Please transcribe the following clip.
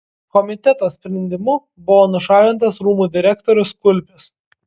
komiteto sprendimu buvo nušalintas rūmų direktorius kulpis